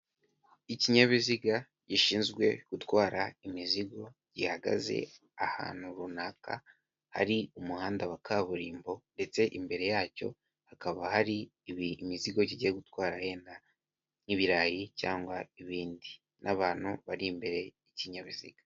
Ikinyabiziga gishinzwe gutwara imizigo gihagaze ahantu runaka hari umuhanda wa kaburimbo ndetse imbere yacyo hakaba hari imizigo kigiye gutwara yenda nk'ibirayi cyangwa ibindi n'abantu bari imbere yikinyabiziga.